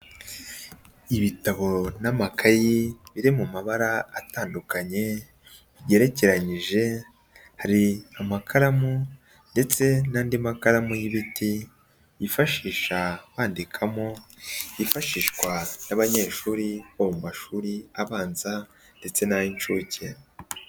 Ibitabo n'amakayi biri mu mabara atandukanye, bigerekeranyije, hari amakaramu ndetse n'andi makaramu y'ibiti, yifashisha bandikamo, yifashishwa ry'abanyeshuri bo mu mashuri abanza ndetse n'ay'inshuke.